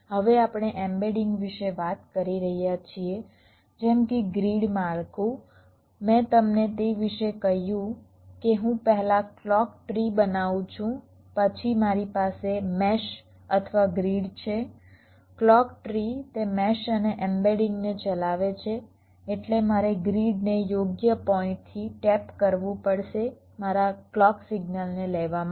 હવે આપણે એમ્બેડિંગ વિશે વાત કરી રહ્યા છીએ જેમ કે ગ્રીડ માળખું મેં તમને તે વિશે કહ્યું કે હું પહેલા ક્લૉક ટ્રી બનાવું છું પછી મારી પાસે મેશ અથવા ગ્રીડ છે ક્લૉક ટ્રી તે મેશ અને એમ્બેડિંગને ચલાવે છે એટલે મારે ગ્રીડને યોગ્ય પોઇન્ટથી ટેપ કરવું પડશે મારા ક્લૉક સિગ્નલને લેવા માટે